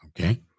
okay